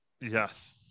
Yes